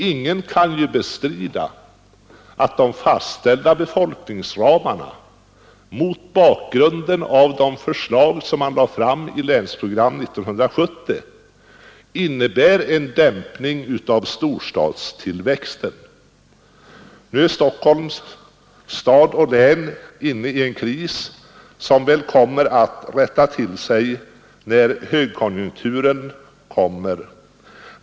Ingen kan ju bestrida att de fastställda befolkningsramarna mot bakgrunden av det förslag som man lade fram i länsprogram 1970 innebär en dämpning av storstadstillväxten. Stockholms stad och län är nu inne i en kris som väl rättar till sig när högkonjunkturen kommer.